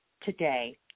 today